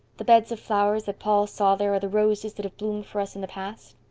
the beds of flowers that paul saw there are the roses that have bloomed for us in the past?